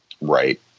Right